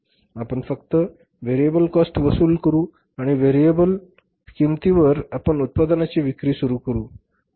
आपण फक्त variable cost वसूल करू आणि व्हेरिएबल किंमतीवर आपण उत्पादनाची विक्री सुरू करू